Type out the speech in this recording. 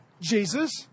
Jesus